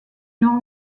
nord